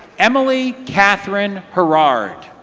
emily katherine gerard